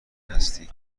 هستی